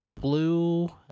blue